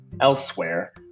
elsewhere